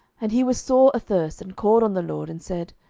and he was sore athirst, and called on the lord, and said,